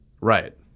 Right